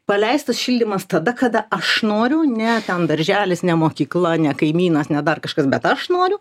paleistas šildymas tada kada aš noriu ne ten darželis ne mokykla ne kaimynas ne dar kažkas bet aš noriu